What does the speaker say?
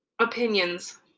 Opinions